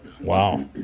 Wow